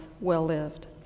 well-lived